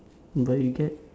but you get